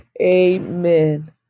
Amen